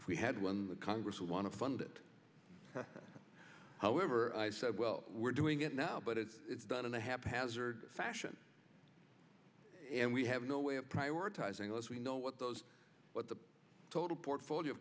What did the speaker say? we had one the congress would want to fund it however i said well we're doing it now but it's done in a haphazard fashion and we have no way of prioritizing those we know what those what the total portfolio